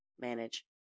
manage